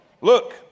Look